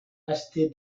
acheté